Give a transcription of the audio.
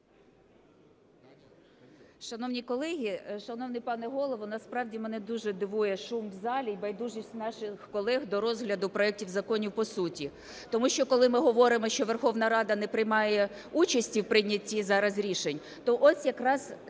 Шановні колеги, шановний пане Голово, насправді мене дуже дивує шум в залі і байдужість наших колег до розгляду проектів законів по суті, тому що, коли ми говоримо, що Верховна Рада не приймає участі в прийнятті зараз рішень, то ось якраз